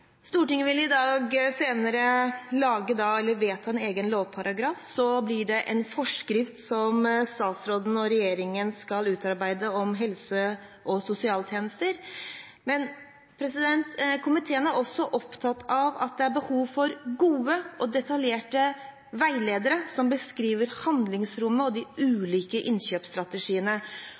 Stortinget vil senere i dag vedta en egen lovparagraf. Så blir det en forskrift som statsråden og regjeringen skal utarbeide om helse- og sosialtjenester. Men komiteen er også opptatt av at det er behov for gode og detaljerte veiledere som beskriver handlingsrommet og de ulike innkjøpsstrategiene.